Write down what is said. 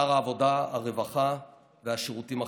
שר העבודה, הרווחה והשירותים החברתיים,